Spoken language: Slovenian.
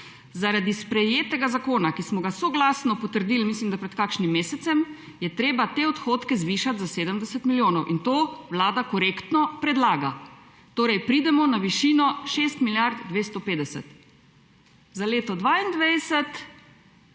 Zaradi sprejetega zakona, ki smo ga soglasno potrdili – mislim, da pred kakšnim mesecem – je treba te odhodke zvišati za 70 milijonov. In to Vlada korektno predlaga, torej pridemo na višino 6 milijard 250. Za leto 2022